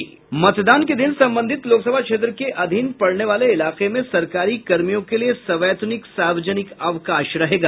मतदान के दिन संबंधित लोकसभा क्षेत्र के अधीन पड़ने वाले इलाके में सरकारी कर्मियों के लिए सवैतनिक सार्वजनिक अवकाश रहेगा